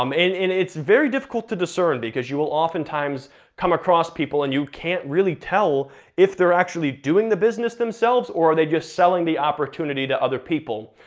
um and and it's very difficult to discern, because you will oftentimes come across people and you can't really tell if they're actually doing the business themselves, or are they just selling the opportunity to other people.